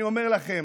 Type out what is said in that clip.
אני אומר לכם,